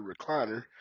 recliner